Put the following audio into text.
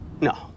no